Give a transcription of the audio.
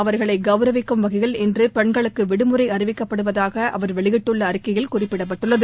அவர்களை கவுரவிக்கும் வகையில் இன்று பெண்களுக்கு விடுமுறை அறிவிக்கப்படுவதாக அவர் வெளியிட்டுள்ள அறிக்கையில் குறிப்பிடப்பட்டுள்ளது